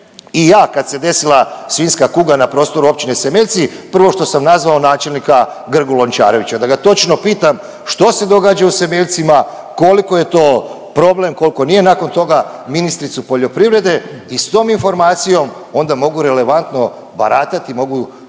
i ja kad se desila svinjska kuga na prostoru općine Semeljci, prvo što sam nazvao načelnika Grgu Lončarevića da ga točno pitam što se događa u Semeljcima, koliko je to problem, koliko nije, nakon toga ministricu poljoprivrede i s tom informacijom onda mogu relevantno baratati, mogu